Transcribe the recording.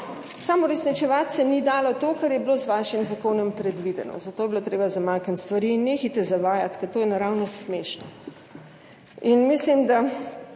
samo uresničevati se ni dalo to, kar je bilo z vašim zakonom predvideno, zato je bilo treba zamakniti stvari. In nehajte zavajati, ker to je naravnost smešno. In mislim, da